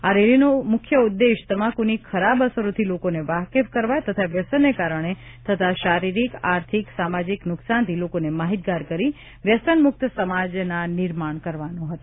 આ રેલીનો ઉદેશ્ય તમાકુની ખરાબ અસરોથી લોકોને વાકેફ કરવા તથા વ્યસનને કારણે થતાં શારીરિક આર્થિક સામાજિક નુકસાનથી લોકોને માહિતગાર કરી વ્યસન મુક્ત સ્વસ્થ સમાજના નિર્માણ કરવાનો હતો